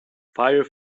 fire